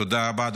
תודה רבה.